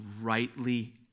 rightly